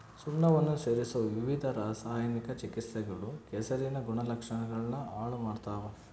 ಸುಣ್ಣವನ್ನ ಸೇರಿಸೊ ವಿವಿಧ ರಾಸಾಯನಿಕ ಚಿಕಿತ್ಸೆಗಳು ಕೆಸರಿನ ಗುಣಲಕ್ಷಣಗುಳ್ನ ಹಾಳು ಮಾಡ್ತವ